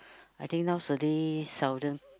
I think nowadays seldom